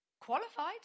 qualified